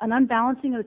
an end balancing of